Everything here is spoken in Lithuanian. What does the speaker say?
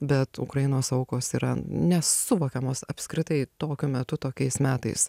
bet ukrainos aukos yra nesuvokiamos apskritai tokiu metu tokiais metais